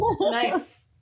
Nice